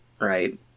right